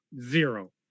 zero